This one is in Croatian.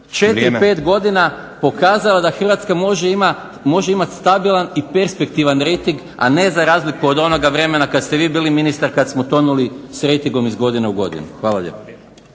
Vrijeme./ … Pokazala da Hrvatska može imati stabilan i perspektivan rejting a ne za razliku od onoga vremena kada ste vi bili ministar kada smo tonuli s rejtingom iz godine u godinu. Hvala lijepo.